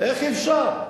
איך אפשר?